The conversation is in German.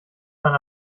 man